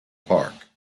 park